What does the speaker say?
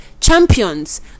champions